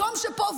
מקום שפה,